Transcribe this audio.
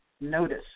notice